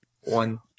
one